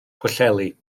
pwllheli